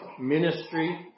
ministry